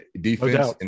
Defense